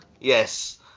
Yes